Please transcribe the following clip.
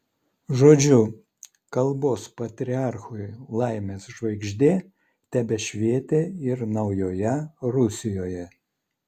žodžiu kalbos patriarchui laimės žvaigždė tebešvietė ir naujoje rusijoje